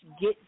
get